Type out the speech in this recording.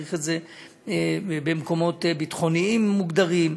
וצריך את זה במקומות ביטחוניים מוגדרים.